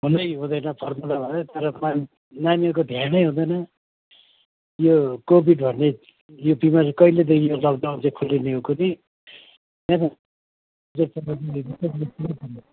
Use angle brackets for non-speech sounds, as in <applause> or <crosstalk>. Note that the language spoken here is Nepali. हुनै हुँदैन फर्मुलाबाहेक तर पनि नानीहरूको ध्यानै हुँदैन यो कोविड भन्ने यो बिमारी कहिलेदेखि यो लकडाउन चाहिँ खोलिने हो कुन्नि <unintelligible>